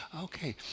Okay